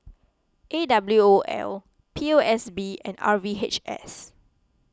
A W O L P O S B and R V H S